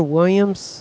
Williams